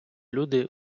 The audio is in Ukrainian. люди